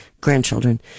grandchildren